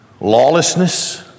lawlessness